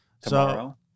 tomorrow